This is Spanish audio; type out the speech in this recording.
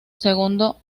segundo